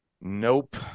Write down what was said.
nope